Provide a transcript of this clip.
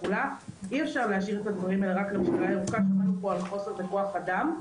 אי אפשר להשאיר את הדברים האלה רק למשטרה הירוקה שבחוסר של כוח-אדם,